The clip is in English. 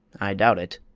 i doubt it.